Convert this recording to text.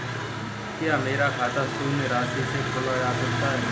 क्या मेरा खाता शून्य राशि से खुल सकता है?